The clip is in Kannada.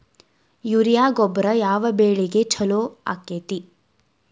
ಯೂರಿಯಾ ಗೊಬ್ಬರ ಯಾವ ಬೆಳಿಗೆ ಛಲೋ ಆಕ್ಕೆತಿ?